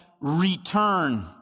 return